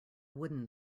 wooden